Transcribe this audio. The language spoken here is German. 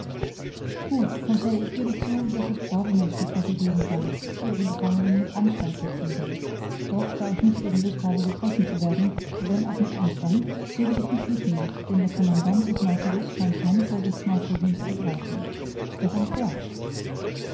gut conseil ich gebe zu daß es brave menschenfresser geben kann die ihre gefangenen mit anstand verzehren doch da ich nicht eben luft habe gefressen zu werden wenn auch mit anstand so will ich mich hüten denn der commandant des nautilus scheint keine vorsichtsmaßregeln zu ergreifen doch an's werk